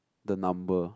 the number